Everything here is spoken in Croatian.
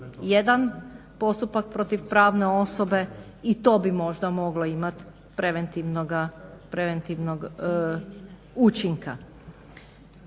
jedan postupak protiv pravne osobe, i to bi možda moglo imat preventivnog učinka.